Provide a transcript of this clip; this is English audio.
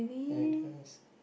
ya it does